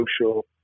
social